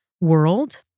world